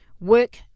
Work